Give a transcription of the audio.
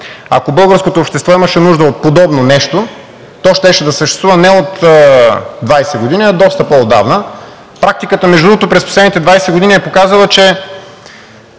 Ако българското общество имаше нужда от подобно нещо, то щеше да съществува не от 20 години, а доста по-отдавна. Практиката, между другото, през последните 20 години е показала, че